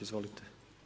Izvolite.